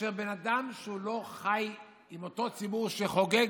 שכאשר בן אדם לא חי עם אותו ציבור שחוגג